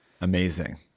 Amazing